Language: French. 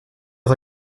est